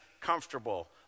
comfortable